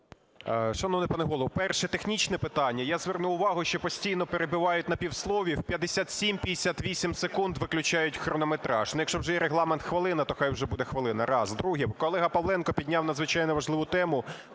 Шановний пане Голово, перше, технічне питання. Я звернув увагу, що постійно перебивають на півслові, у 57-58 секунд виключають хронометраж. Якщо вже є регламент хвилина, то хай уже буде хвилина. Раз. Друге. Колега Павленко підняв надзвичайно важливу тему,